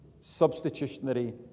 substitutionary